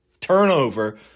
turnover